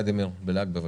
אני מוותר.